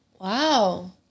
wow